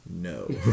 no